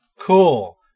Cool